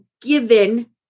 given